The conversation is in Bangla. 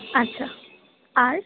আচ্ছা আর